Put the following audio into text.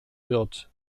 wird